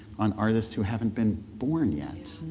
on artists who haven't been born yet.